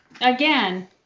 again